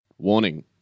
Warning